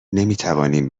نمیتوانیم